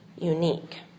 unique